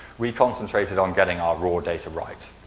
we concentrated on getting our raw data right.